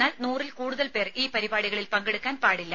എന്നാൽ നൂറിൽ കൂടുതൽ പേർ ഈ പരിപാടികളിൽ പങ്കെടുക്കാൻ പാടില്ല